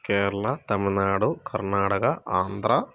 Kerala Tamil Nadu Karnataka Andhra